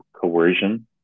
coercion